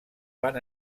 van